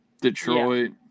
Detroit